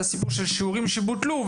על הסיפור של השיעורים שבוטלו.